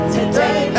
today